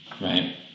right